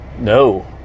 No